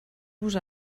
vos